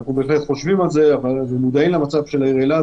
אנחנו בהחלט חושבים על זה ומודעים למצב של העיר אילת,